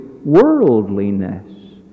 worldliness